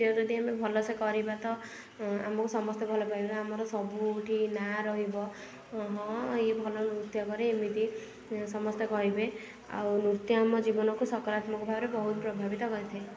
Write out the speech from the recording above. ନୃତ୍ୟ ଯଦି ଆମେ ଭଲସେ କରିବା ତ ଆମକୁ ସମସ୍ତେ ଭଲ ପାଇବେ ଆମର ସବୁଠି ନାଁ ରହିବ ହଁ ଇଏ ଭଲ ନୃତ୍ୟ କରେ ଏମିତି ସମସ୍ତେ କହିବେ ଆଉ ନୃତ୍ୟ ଆମ ଜୀବନକୁ ସକରାତ୍ମକ ଭାବରେ ବହୁତ ପ୍ରଭାବିତ କରିଥାଏ